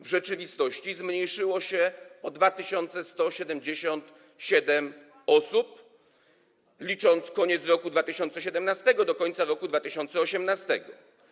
W rzeczywistości zmniejszyło się o 2177 osób, licząc koniec roku 2017 do końca roku 2018.